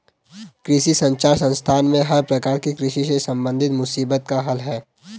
कृषि संचार संस्थान में हर प्रकार की कृषि से संबंधित मुसीबत का हल है